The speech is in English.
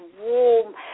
warm